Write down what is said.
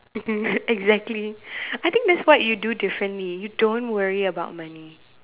exactly I think that's what you do differently you don't worry about money